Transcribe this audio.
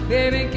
Baby